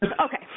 Okay